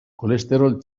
kolesterol